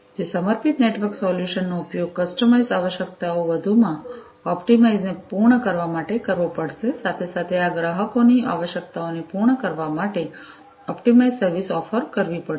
તે સમર્પિત network solutions નો ઉપયોગ કસ્ટમાઇઝ્ડ આવશ્યકતાઓ વધુમાં ઑપ્ટિમાઇઝ ને પૂર્ણ કરવા માટે કરવો પડશે સાથે સાથે આ ગ્રાહકોની આવશ્યકતાઓને પૂર્ણ કરવા માટે ઑપ્ટિમાઇઝ સર્વિસ ઓફર કરવી પડશે